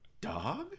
Dog